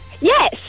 Yes